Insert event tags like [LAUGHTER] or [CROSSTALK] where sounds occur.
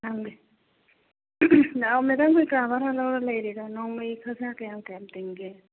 [UNINTELLIGIBLE] ꯂꯥꯛꯑꯣ ꯃꯦꯗꯥꯝ ꯍꯣꯏ ꯀꯥ ꯚꯔꯥ ꯂꯧꯔ ꯂꯩꯔꯤꯔꯣ ꯅꯣꯡꯃꯩ ꯈꯣꯔꯁꯥ ꯀꯌꯥꯝ ꯀꯌꯥꯝ ꯇꯤꯡꯒꯦ